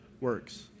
works